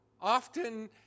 often